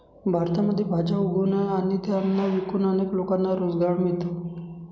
भारतामध्ये भाज्या उगवून आणि त्यांना विकून अनेक लोकांना रोजगार मिळतो